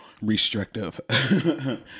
restrictive